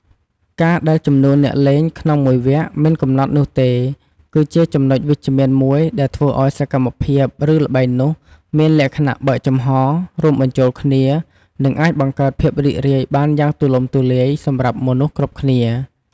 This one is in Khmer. ការដែលចំនួនអ្នកលេងក្នុងមួយវគ្គមិនកំណត់នោះទេ គឺជាចំណុចវិជ្ជមានមួយដែលធ្វើឲ្យសកម្មភាព ឬល្បែងនោះមាន លក្ខណៈបើកចំហ រួមបញ្ចូលគ្នា និងអាចបង្កើតភាពរីករាយបានយ៉ាងទូលំទូលាយ សម្រាប់មនុស្សគ្រប់គ្នា។